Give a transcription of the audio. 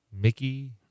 Mickey